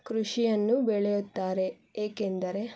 ಕೃಷಿಯನ್ನು ಬೆಳೆಯುತ್ತಾರೆ ಏಕೆಂದರೆ